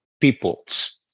peoples